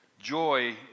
Joy